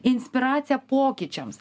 inspiraciją pokyčiams